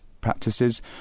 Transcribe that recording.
practices